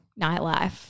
nightlife